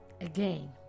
again